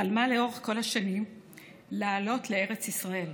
חלמה לאורך כל השנים לעלות לארץ ישראל.